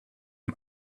ihm